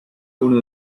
uno